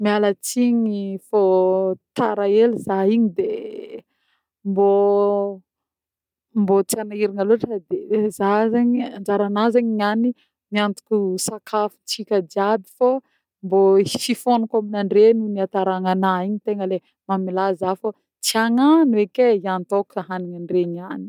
Miala tsigny fô tara hely zah igny de mbô mbô tsy anahiragna loatra de zah zegny anjaranah zegny niany miantoko sakafontsika jiaby fô mbô fifonako aminandreo noho ny hataragnanahy igny tegna le mamelà zah fô tsy agnano eky e, hiantohako hanignandreo niany.